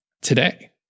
today